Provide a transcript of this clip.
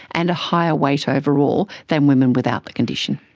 and a higher weight overall than women without the condition.